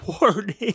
warning